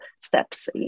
steps